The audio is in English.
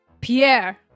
Pierre